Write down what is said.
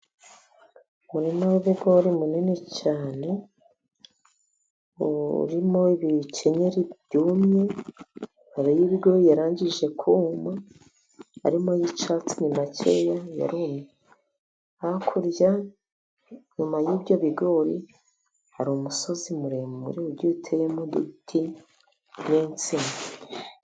Umurima w'ibigori munini cyane, urimo ibikenyeri byumye amababi y'ibigori yarangije kuma arimo y'icyatsi ni makeya yarumye, hakurya nyuma y'ibyo bigori, hari umusozi muremure ,ugiye uteyemo uduti n'insina.